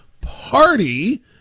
party